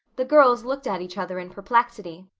the girls looked at each other in perplexity.